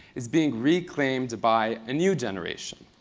is being reclaimed by a new generation,